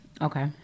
Okay